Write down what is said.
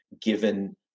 given